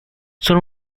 son